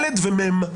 ד' ו-מ'.